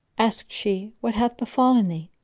asked she, what hath befallen thee?